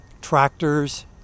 tractors